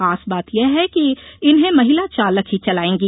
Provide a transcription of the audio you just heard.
खास बात यह है कि इन्हें महिला चालक ही चलाएंगी